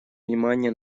внимание